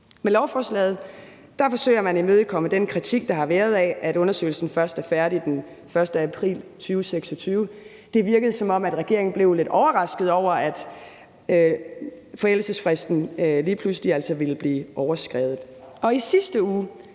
Med lovforslaget forsøger man at imødekomme den kritik, der har været af, at undersøgelsen først er færdig den 1. april 2026. Det virkede, som om regeringen blev lidt overrasket over, at forældelsesfristen altså lige pludselig ville blive overskredet.